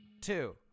two